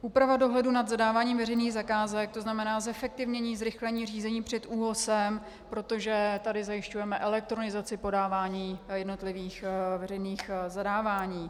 Úprava dohledu nad zadáváním veřejných zakázek, to znamená zefektivnění, zrychlení řízení před ÚOHS, protože tady zajišťujeme elektronizaci podávání jednotlivých veřejných zadávání.